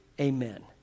amen